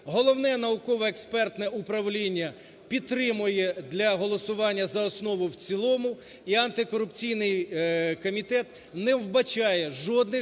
Головне науково-експертне управління підтримує для голосування за основу, в цілому. І антикорупційний комітет не вбачає жодних